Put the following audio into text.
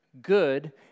good